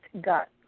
got